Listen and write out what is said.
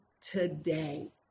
today